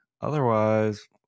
Otherwise